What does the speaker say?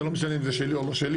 זה לא משנה אם זה שלי או לא שלי,